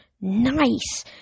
Nice